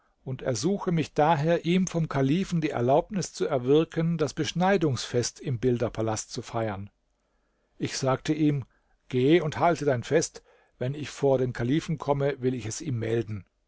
und ersuche mich daher ihm vom kalifen die erlaubnis zu erwirken das beschneidungsfest im bilderpalast zu feiern ich sagte ihm geh und halte dein fest wenn ich vor den kalifen komme will ich es ihm melden